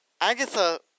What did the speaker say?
Agatha